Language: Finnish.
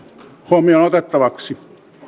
huomioon otettavaksi